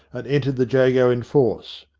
and entered the jago in force.